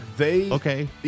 Okay